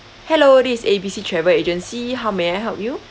hello this is A B C travel agency how may I help you